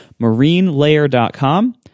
MarineLayer.com